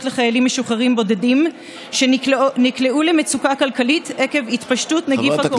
לחיילים משוחררים בודדים שנקלעו למצוקה כלכלית עקב התפשטות נגיף הקורונה.